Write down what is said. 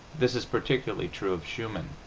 this is particularly true of schumann,